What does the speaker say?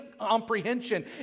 comprehension